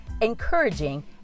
encouraging